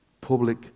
public